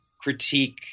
critique